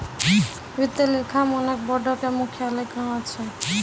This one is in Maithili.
वित्तीय लेखा मानक बोर्डो के मुख्यालय कहां छै?